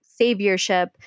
saviorship